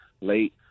late